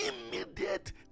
immediate